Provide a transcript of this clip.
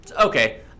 Okay